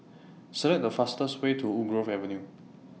Select The fastest Way to Woodgrove Avenue